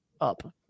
up